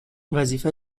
وظیفت